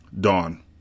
Dawn